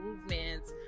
movements